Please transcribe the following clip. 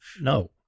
No